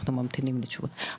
אנחנו ממתינים לתשובות.